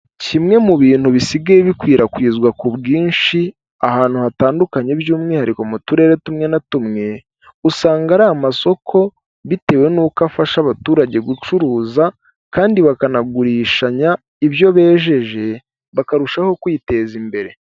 Iimwe mu bintu bisigaye bikwirakwizwa ku bwinshi ahantu hatandukanye by'umwihariko mu turere tumwe na tumwe, usanga ari amasoko bitewe n'uko afasha abaturage gucuruza kandi bakanagurishanya ibyo bejeje bakarushaho kwiteza imbere.